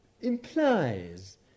implies